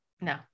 No